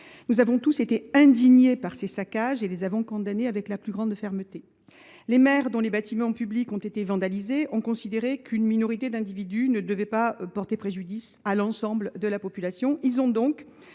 Nous avons tous été indignés par ces saccages et les avons condamnés avec la plus grande fermeté. Les maires dont les bâtiments publics ont été vandalisés ont considéré qu’une minorité d’individus ne devait pas porter préjudice à l’ensemble de la population.